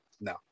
No